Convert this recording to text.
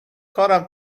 کارم